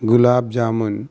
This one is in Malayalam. ഗുലാബ് ജാമുൻ